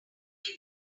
echo